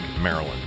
Maryland